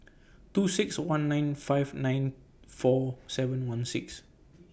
two six one nine five nine four seven one six